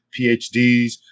phds